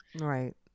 Right